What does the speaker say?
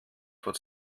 vor